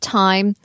time